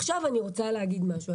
עכשיו אני רוצה להגיד משהו.